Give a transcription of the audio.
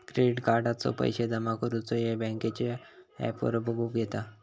credit कार्डाचो पैशे जमा करुचो येळ बँकेच्या ॲपवर बगुक येता